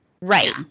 Right